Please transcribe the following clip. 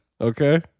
okay